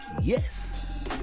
yes